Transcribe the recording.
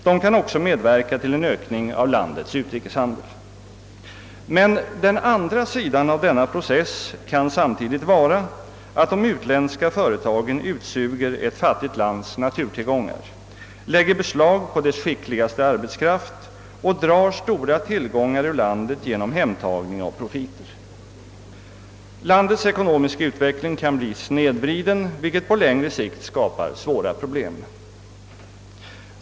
De kan också medverka till en ökning av landets utrikeshandel. Men den andra sidan av denna process kan samtidigt vara att de utländska företagen suger ut ett fattigt lands naturtillgångar, lägger beslag på dess skickligaste arbetskraft och drar stora tillgångar ur landet genom hemtagning av profiter. Landets ekonomiska utveckling kan då bli snedvriden, vilket på längre sikt skapar svåra problem.